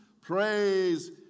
Praise